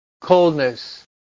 coldness